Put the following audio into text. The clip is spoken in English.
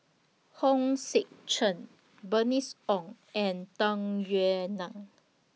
Hong Sek Chern Bernice Ong and Tung Yue Nang